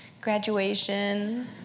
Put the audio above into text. Graduation